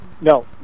no